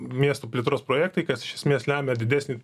miestų plėtros projektai kas iš esmės lemia didesnį